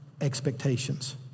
expectations